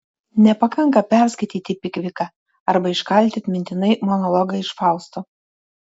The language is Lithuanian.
nepakanka perskaityti pikviką arba iškalti atmintinai monologą iš fausto